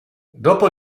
dopo